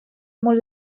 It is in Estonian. mul